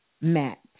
met